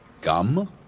Gum